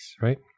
right